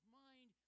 mind